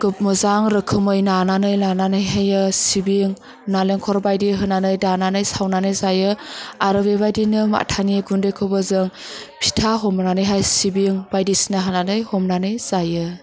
मोजां रोखोमै नानानै लानानैहायो सिबिं नालेंखर बायदि होनानै दानानै सावनानै जायो आरो बेबायदिनो माथानि गुन्दैखौबो जों फिथा हमनानैहाय सिबिं बायदिसिना होनानै हमनानै जायो